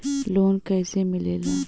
Loan कईसे मिलेला?